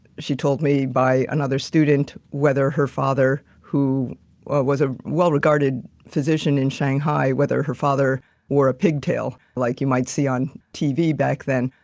she told me by another student, whether her father who was a well-regarded physician in shanghai, whether her father or a pigtail like you might see on tv back then.